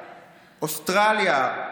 אוסטרליה,